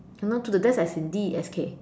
I know to the death as in D E S K